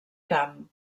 camp